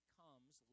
comes